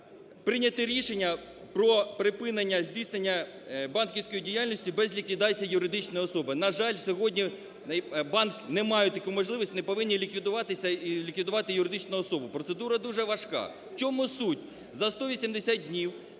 прийняти рішення про припинення здійснення банківської діяльності без ліквідації юридичної особи. На жаль, сьогодні банк не має таку можливість, вони повинні ліквідуватися і ліквідувати юридичну особу. Процедура дуже важка. В чому суть? За 180 днів